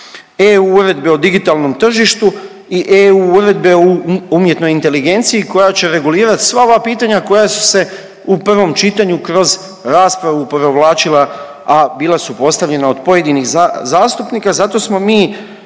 EU Uredbe o digitalnom tržištu i EU uredbe o umjetnoj inteligenciji koja će regulirat sva ova pitanja koja su se u prvom čitanju kroz raspravu provlačila, a bila su postavljena od pojedinih zastupnika. Zato smo mi,